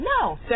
No